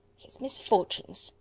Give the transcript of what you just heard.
his misfortunes!